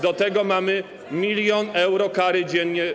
Do tego mamy zarządzone 1 mln euro kary dziennie.